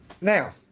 now